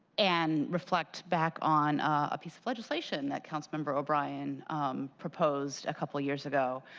and reflect back on a piece of legislation that council member o'brien proposed a couple of years ago,